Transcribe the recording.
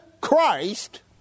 Christ